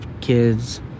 kids